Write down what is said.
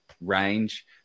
range